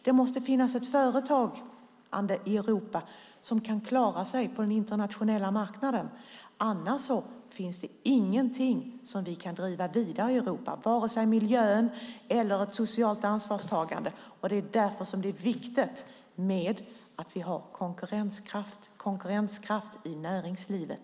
Det måste finnas ett företagande i Europa som kan klara sig på den internationella marknaden, annars finns det ingenting som vi kan driva i Europa, vare sig det gäller miljön eller ett socialt ansvarstagande. Därför är det viktigt att vi har konkurrenskraft i näringslivet.